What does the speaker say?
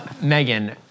Megan